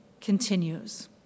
continues